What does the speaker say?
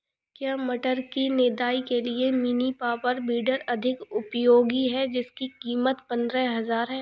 क्या टमाटर की निदाई के लिए मिनी पावर वीडर अधिक उपयोगी है जिसकी कीमत पंद्रह हजार है?